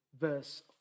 verse